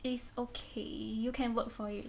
it's okay you can work for it